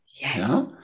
Yes